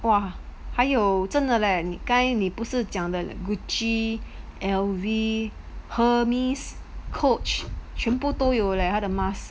!wah! 还有真的 leh 你该你不是讲的 Gucci L_V Hermes Coach 全部都有 leh 他的 mask